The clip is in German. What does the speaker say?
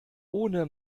ohne